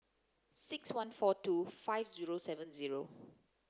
six one four two five zero seven zero